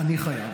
אני חייב.